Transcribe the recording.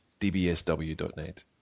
dbsw.net